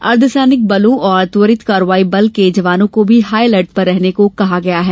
अर्द्वसैनिक बलों और त्वरित कार्रवाई बल के जवानों को भी हाई अलर्टे पर रहने को कहा गया है